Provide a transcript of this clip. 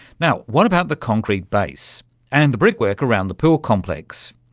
now, what about the concrete base and the brickwork around the pool complex?